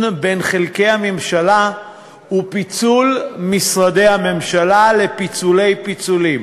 בין חלקי הממשלה ופיצול משרדי הממשלה לפיצולי פיצולים,